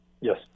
yes